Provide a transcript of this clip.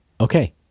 Okay